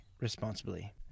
responsibly